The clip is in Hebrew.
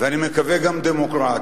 ואני מקווה גם דמוקרט,